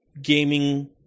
gaming